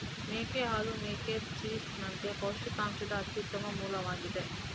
ಮೇಕೆ ಹಾಲು ಮೇಕೆ ಚೀಸ್ ನಂತೆ ಪೌಷ್ಟಿಕಾಂಶದ ಅತ್ಯುತ್ತಮ ಮೂಲವಾಗಿದೆ